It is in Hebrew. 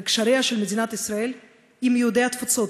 על קשריה של מדינת ישראל עם יהודי התפוצות,